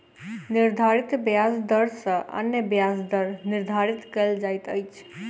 निर्धारित ब्याज दर सॅ अन्य ब्याज दर निर्धारित कयल जाइत अछि